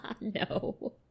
no